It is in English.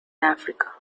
africa